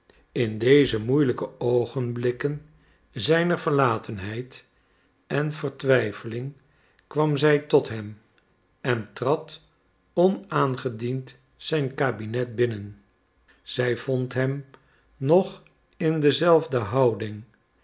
in deze moeielijke oogenblikken zijner verlatenheid en vertwijfeling kwam zij tot hem en trad onaangediend zijn kabinet binnen zij vond hem nog in dezelfde houding